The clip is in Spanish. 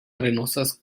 arenosas